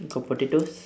you got potatoes